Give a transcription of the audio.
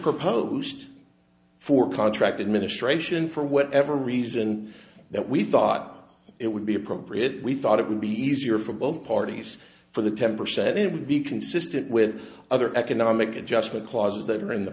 proposed for contracted ministration for whatever reason that we thought it would be appropriate we thought it would be easier for both parties for the ten percent it would be consistent with other economic adjustment clauses that are in the